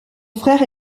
frère